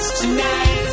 tonight